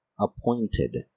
appointed